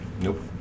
Nope